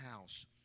house